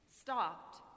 stopped